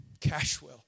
Cashwell